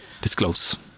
disclose